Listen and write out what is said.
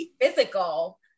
physical